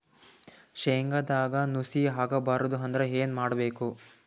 ಶೇಂಗದಾಗ ನುಸಿ ಆಗಬಾರದು ಅಂದ್ರ ಏನು ಮಾಡಬೇಕು?